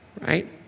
right